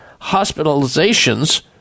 hospitalizations